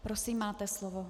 Prosím, máte slov.